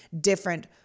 different